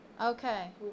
Okay